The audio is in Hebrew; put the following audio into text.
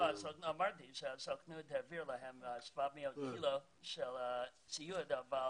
אמרתי שהסוכנות העבירה להם 700 קילו של ציוד, אבל